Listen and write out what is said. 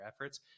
efforts